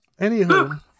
Anywho